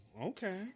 okay